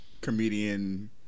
comedian